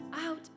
out